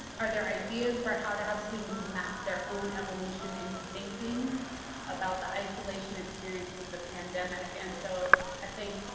are their ideas for how to have students map their own evolution in thinking about the isolation experience with the pandemic? and so i think